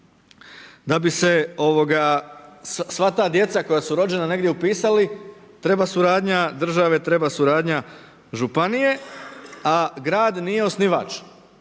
Da bi se sva ta djeca koja su rođena negdje upisali treba suradnja države, treba suradnje županije a grad nije osnivač.